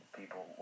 people